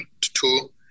two